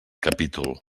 capítol